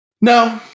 No